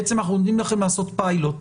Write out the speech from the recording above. בעצם אנחנו נותנים לכם לעשות פיילוט.